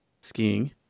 skiing